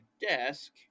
desk